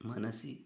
मनसि